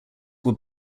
were